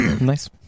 Nice